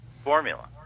formula